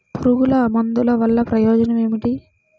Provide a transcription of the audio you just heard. పురుగుల మందుల వల్ల ప్రయోజనం ఏమిటీ?